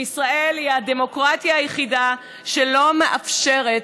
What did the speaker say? וישראל היא הדמוקרטיה היחידה שלא מאפשרת